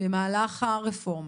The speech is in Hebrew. במהלך הרפורמה.